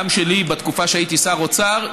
גם שלי בתקופה שהייתי שר אוצר,